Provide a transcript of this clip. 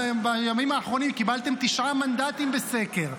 בימים האחרונים קיבלתם תשעה מנדטים בסקר,